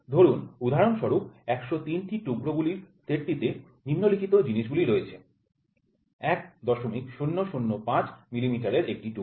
ধরুন উদাহরণস্বরূপ ১০৩টি টুকরোগুলির সেটটিতে নিম্নলিখিতটি জিনিসগুলি রয়েছে ১০০৫ মিলিমিটারের একটি টুকরো